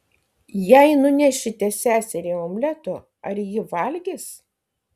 jei nunešite seseriai omleto ar ji valgys